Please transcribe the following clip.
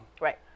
right